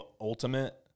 ultimate